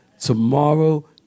Tomorrow